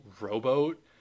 rowboat